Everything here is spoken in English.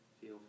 Feel